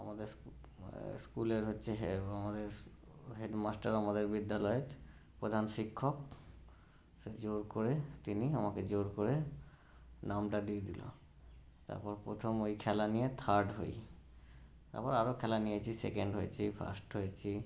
আমাদের স্কু স্কুলের হচ্ছে এবং আমাদের স্কু হেড মাস্টার আমাদের বিদ্যালয়ের প্রধান শিক্ষক সে জোর করে তিনি আমাকে জোর করে নামটা দিয়ে দিলো তারপর প্রথম ওই খেলা নিয়ে থার্ড হই তারপর আরো খেলা নিয়েছি সেকেন্ড হয়েছি ফার্স্ট হয়েছি